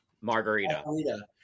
margarita